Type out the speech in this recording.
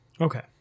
Okay